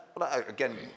again